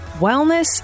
wellness